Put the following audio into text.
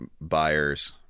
buyers